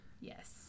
yes